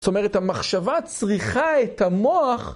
זאת אומרת, המחשבה צריכה את המוח.